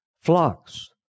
flocks